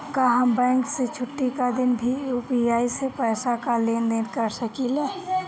का हम बैंक के छुट्टी का दिन भी यू.पी.आई से पैसे का लेनदेन कर सकीले?